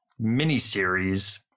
miniseries